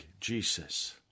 Jesus